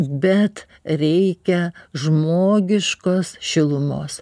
bet reikia žmogiškos šilumos